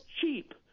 cheap